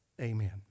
Amen